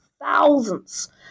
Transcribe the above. thousands